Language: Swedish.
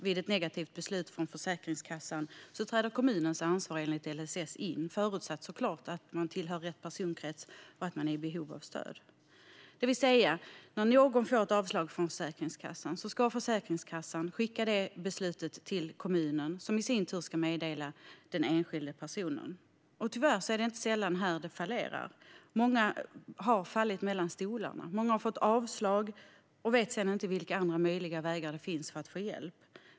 Vid ett negativt beslut från Försäkringskassan träder alltså kommunens ansvar enligt LSS in, förutsatt såklart att man tillhör rätt personkrets och är i behov av stöd. När någon får avslag från Försäkringskassan ska Försäkringskassan alltså skicka beslutet till kommunen, som i sin tur ska meddela den enskilda personen. Tyvärr är det inte sällan här det fallerar. Många har fallit mellan stolarna, fått avslag och vet inte vilka andra möjliga vägar som finns för att få hjälp.